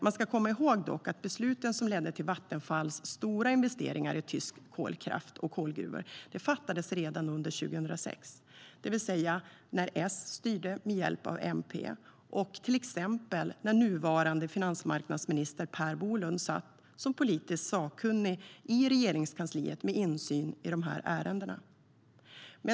Man ska dock komma ihåg att besluten som ledde till Vattenfalls stora investeringar i tysk kolkraft och kolgruvor fattades redan under 2006, det vill säga när S styrde med hjälp av MP och till exempel nuvarande finansmarknadsminister Per Bolund satt som politiskt sakkunnig i Regeringskansliet med insyn i dessa ärenden.